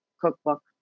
cookbook